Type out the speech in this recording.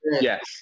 Yes